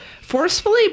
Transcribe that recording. forcefully